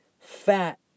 fat